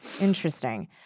Interesting